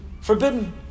Forbidden